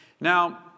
Now